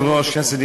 לרשותך שלוש דקות.